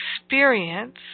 experience